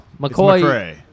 McCoy